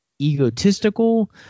egotistical